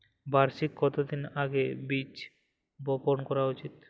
বর্ষার কতদিন আগে বীজ বপন করা উচিৎ?